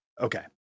okay